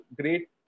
great